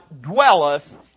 dwelleth